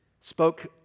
spoke